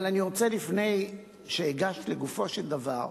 אבל אני רוצה, לפני שאגש לגופו של דבר,